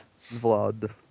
Vlad